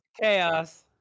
Chaos